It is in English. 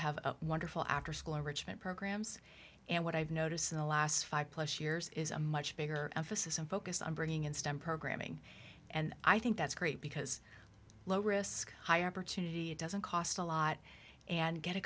have wonderful after school richmond programs and what i've noticed in the last five plus years is a much bigger emphasis and focus on bringing in stem programming and i think that's great because low risk high opportunity it doesn't cost a lot and get a